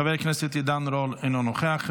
חבר הכנסת עידן רול, אינו נוכח,